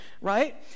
right